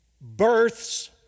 Births